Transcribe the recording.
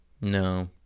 No